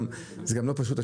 זה גם לא פשוט,